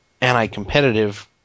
anti-competitive